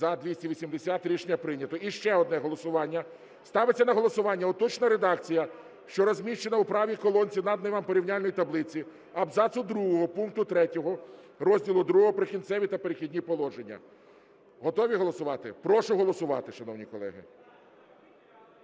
За-280 Рішення прийнято. І ще одне голосування. Ставиться на голосування уточнена редакція, що розміщена у правій колонці наданої вам порівняльної таблиці, абзацу другого пункту 3 розділу ІІ "Прикінцеві та перехідні положення". Готові голосувати? Прошу голосувати, шановні колеги.